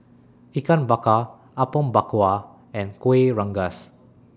Ikan Bakar Apom Berkuah and Kuih Rengas